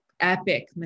epic